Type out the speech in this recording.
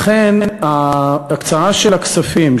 לכן ההקצאה של הכספים,